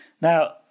Now